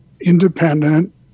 independent